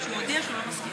שהוא הודיע שהוא לא מסכים.